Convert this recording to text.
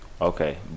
Okay